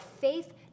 faith